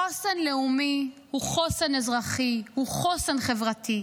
חוסן לאומי הוא חוסן אזרחי הוא חוסן חברתי.